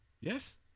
yes